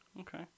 okay